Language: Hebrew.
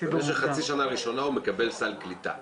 במשך חצי שנה ראשונה הוא מקבל סל קליטה.